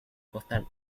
postal